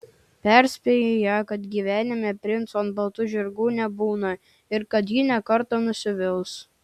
perspėji ją kad gyvenime princų ant baltų žirgų nebūna ir kad ji ne kartą nusivils